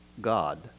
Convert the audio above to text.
God